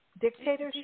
Dictatorship